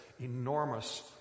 enormous